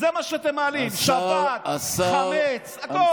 זה מה שאתם מעלים, שבת, חמץ, הכול.